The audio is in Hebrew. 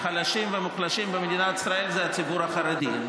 חלשים ומוחלשים במדינת ישראל היא הציבור החרדי.